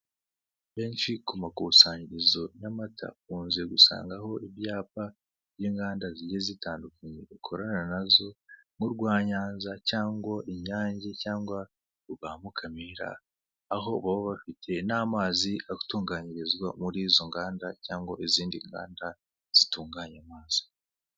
Benshi ku makusanyirizo y'amata, ukunze gusangaho ibyapa by'inganda zigiye zitandukanye ukorana nazo nk'urwa Nyanza cyangwa Inyange cyangwa urwa Mukamira, aho baba bafite n'amazi atunganyirizwa muri izo nganda, cyangwa izindi nganda zitunganya amazi.